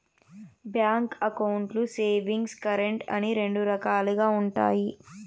bank అకౌంట్లు savings, current అని రెండు రకాలుగా ఉంటాయి